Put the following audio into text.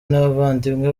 n’abavandimwe